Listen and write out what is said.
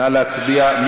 נא להצביע.